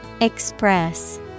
Express